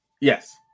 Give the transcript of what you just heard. Yes